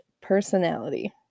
personality